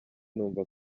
numva